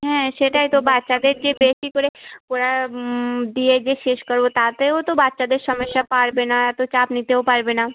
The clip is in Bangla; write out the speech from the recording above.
হ্যাঁ সেটাই তো বাচ্চাদের যে বেশি করে পড়া দিয়ে যে শেষ করব তাতেও তো বাচ্চাদের সমস্যা পারবে না এত চাপ নিতেও পারবে না